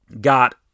got